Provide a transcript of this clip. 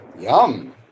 yum